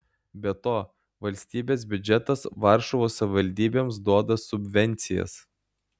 be to valstybės biudžetas varšuvos savivaldybėms duoda subvencijas